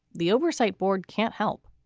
the oversight board can't help.